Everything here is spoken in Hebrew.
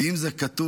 ואם זה כתוב,